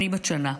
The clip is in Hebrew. ואני בת שנה.